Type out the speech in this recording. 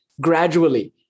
gradually